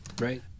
right